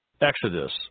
Exodus